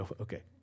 okay